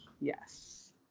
yes